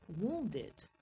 wounded